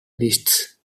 lists